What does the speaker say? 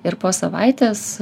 ir po savaitės